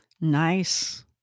Nice